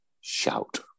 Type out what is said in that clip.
shout